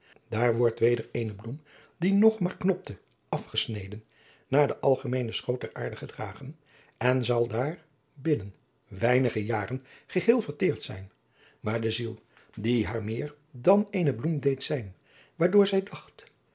daar wordt weder eene bloem die nog maar knopte afgesneden naar den algemeenen schoot der aarde gedragen en zal daar binnen weinige jaren geheel verteerd zijn maar de ziel adriaan loosjes pzn het leven van maurits lijnslager die haar meer dan eene bloem deed zijn waardoor zij dacht